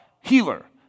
healer